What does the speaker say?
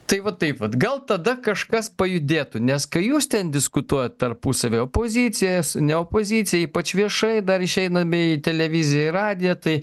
tai va taip vat gal tada kažkas pajudėtų nes kai jūs ten diskutuojat tarpusavyje pozicijos ne opozicija ypač viešai dar išeiname į televiziją į radiją tai